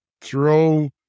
throw